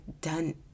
done